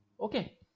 okay